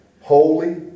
holy